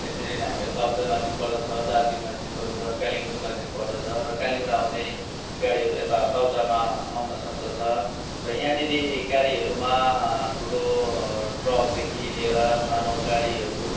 यसरी नै हामीलाई तकदाह नजिक पर्दछ दार्जिलिङ नजिक पर्दछ कालिम्पोङ नजिक पर्दछ र कालिम्पोङ आउने गाडीहरू यता तकदाहमा आउन सक्दछ र यहाँनिर गाडीहरूमा ठुलो ट्रकदेखि लिएर सानो गाडीहरू